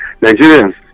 Nigerians